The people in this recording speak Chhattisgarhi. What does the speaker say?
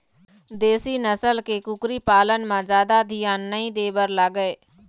देशी नसल के कुकरी पालन म जादा धियान नइ दे बर लागय